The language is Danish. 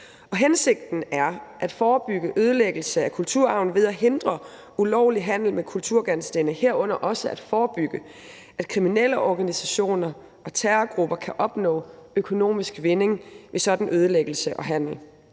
Hensigten er at forebygge ødelæggelse af kulturarven ved at hindre ulovlig handel med kulturgenstande, herunder også at forebygge, at kriminelle organisationer og terrorgrupper kan opnå økonomisk vinding ved en sådan ødelæggelse og handel.